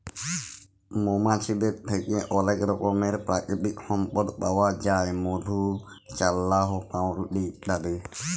মমাছিদের থ্যাকে অলেক রকমের পাকিতিক সম্পদ পাউয়া যায় মধু, চাল্লাহ, পাউরুটি ইত্যাদি